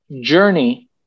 journey